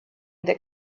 that